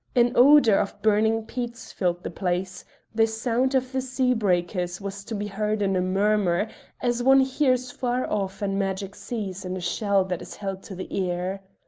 an odour of burning peats filled the place the sound of the sea-breakers was to be heard in a murmur as one hears far-off and magic seas in a shell that is held to the ear.